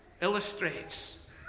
illustrates